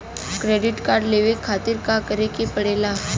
Credit card लेवे खातिर का करे के पड़ेला?